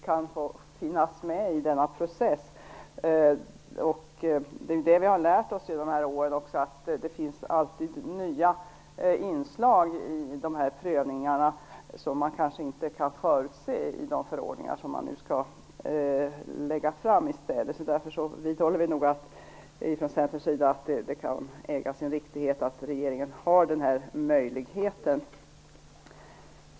Vi har ju under åren lärt oss att det alltid kommer nya inslag i prövningarna, inslag som man inte alltid kan förutse i de förordningar som regeringen skall utfärda. Vi från Centern vidhåller att regeringen borde ha den här möjligheten.